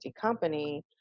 company